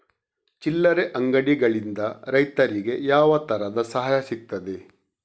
ಚಿಲ್ಲರೆ ಅಂಗಡಿಗಳಿಂದ ರೈತರಿಗೆ ಯಾವ ತರದ ಸಹಾಯ ಸಿಗ್ತದೆ?